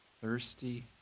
thirsty